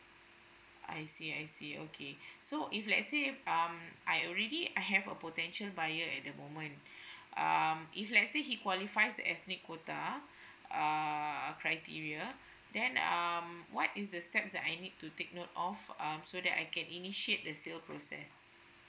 I see I see okay so if let's say um I already I have a potential buyer at the moment um if let's say he qualifies the ethnic quota err criteria then um what is the steps that I need to take note of um so that I can initiate the sale process